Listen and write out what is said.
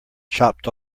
chopped